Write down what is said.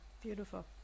Beautiful